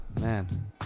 man